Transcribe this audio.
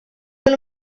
bil